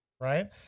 right